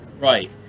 Right